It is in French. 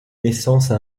naissance